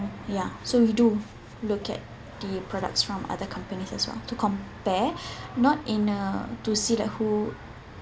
ya so we do look at the products from other companies as well to compare not in a to see like who